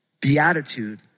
beatitude